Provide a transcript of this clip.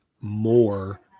more